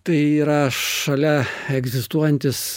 tai yra šalia egzistuojantys